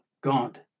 God